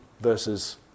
versus